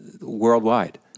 worldwide